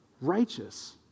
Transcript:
righteous